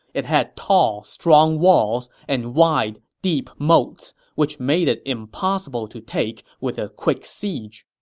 it had tall, strong walls and wide, deep moats, which made it impossible to take with a quick siege.